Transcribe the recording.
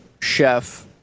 chef